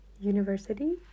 university